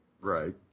Right